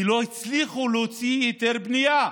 כי לא הצליחו להוציא היתר בנייה,